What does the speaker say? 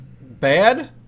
bad